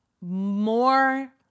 More